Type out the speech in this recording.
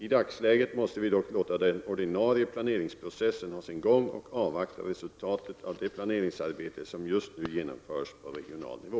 I dagsläget måste vi dock låta den ordinarie planeringsprocessen ha sin gång och avvakta resultatet av det planeringsarbete som just nu genomförs på regional nivå.